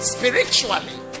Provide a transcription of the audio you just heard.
Spiritually